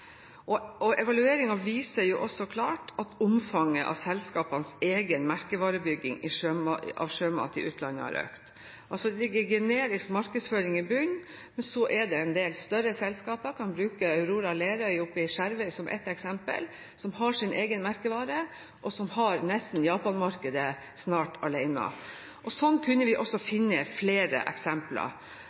og evalueringen viser klart at omfanget av selskapenes egen merkevarebygging av sjømat i utlandet har økt. Det ligger generisk markedsføring i bunnen. Men så er det en del større selskaper – vi kan bruke Lerøy Aurora i Skjervøy som ett eksempel – som har sin egen merkevare, og som snart har Japan-markedet nesten alene. Slik kunne vi også finne flere eksempler.